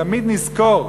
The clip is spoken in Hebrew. תמיד נזכור,